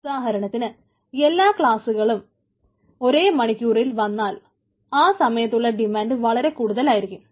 ഉദാഹരണത്തിന് എല്ലാ ക്ലാസ്സുകളും ഒരേ മണിക്കൂറുകളിൽ വന്നാൽ ആ സമയത്തുള്ള ഡിമാൻഡ് വളരെ കൂടുതലായിരിക്കും